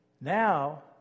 Now